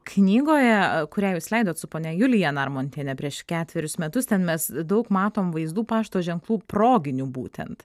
knygoje kurią jūs leidot su ponia julija narmontiene prieš ketverius metus ten mes daug matom vaizdų pašto ženklų proginių būtent